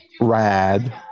Rad